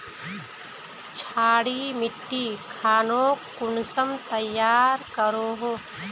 क्षारी मिट्टी खानोक कुंसम तैयार करोहो?